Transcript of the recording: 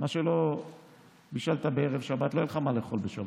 אם לא בישלת בערב שבת לא יהיה לך מה לאכול בשבת,